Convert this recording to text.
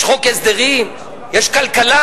יש חוק הסדרים, יש כלכלה,